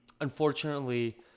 unfortunately